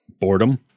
boredom